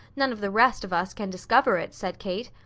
none of the rest of us can discover it, said kate.